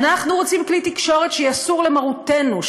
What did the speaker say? אנחנו רוצים כלי תקשורת שיסור למרותנו,